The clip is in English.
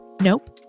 nope